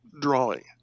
drawing